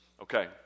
Okay